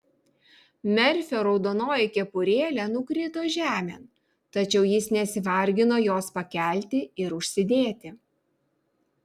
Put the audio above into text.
merfio raudonoji kepurėlė nukrito žemėn tačiau jis nesivargino jos pakelti ir užsidėti